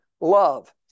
love